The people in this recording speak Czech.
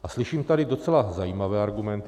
A slyším tady docela zajímavé argumenty.